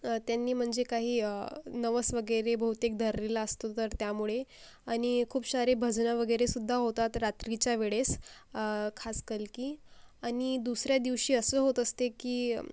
त्यांनी म्हणजे काही नवस वगैरे बहुतेक धरलेला असतो तर त्यामुळे आणि खूप सारे भजनं वगैरेसुद्धा होतात रात्रीच्या वेळेस खास कलकी आणि दुसऱ्या दिवशी असं होत असते की